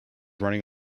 running